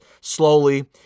slowly